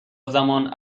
زمان